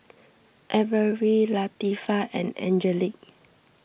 Averie Latifah and Angelique